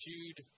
Jude